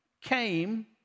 came